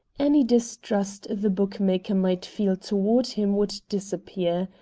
any distrust the bookmaker might feel toward him would disappear.